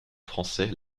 français